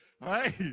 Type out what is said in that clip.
right